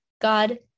God